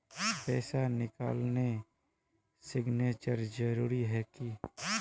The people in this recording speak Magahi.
पैसा निकालने सिग्नेचर जरुरी है की?